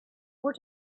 would